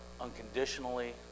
unconditionally